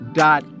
dot